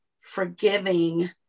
forgiving